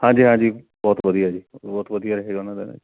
ਹਾਂਜੀ ਹਾਂਜੀ ਬਹੁਤ ਵਧੀਆ ਜੀ ਬਹੁਤ ਵਧੀਆ ਰਹੇਗਾ ਉਹਨਾਂ ਦਿਨਾਂ 'ਚ